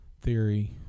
Theory